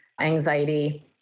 anxiety